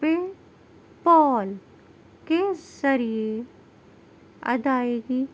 پے پال کے ذریعے ادائیگی